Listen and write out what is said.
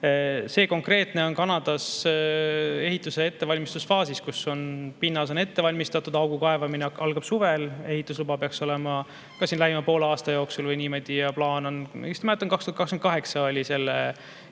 See konkreetne on Kanadas ehituse ettevalmistuse faasis, kus pinnas on ette valmistatud, augu kaevamine algab suvel, ehitusluba peaks [tulema] ka lähima poole aasta jooksul või niimoodi. Plaan on, kui ma õigesti mäletan, et 2028 on selle